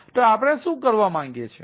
તો આપણે શું કરવા માંગીએ છીએ